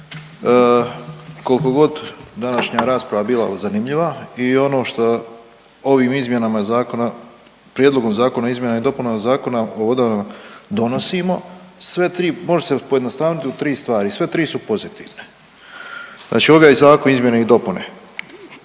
Kolko god današnja rasprava bila zanimljiva i ono šta ovim izmjenama zakona, prijedlogom Zakona o izmjenama i dopunama Zakona o vodama donosimo sve tri, može se pojednostaviti u tri stvari, sve tri su pozitivne, znači ovaj Zakon izmjene i dopune.